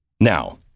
Now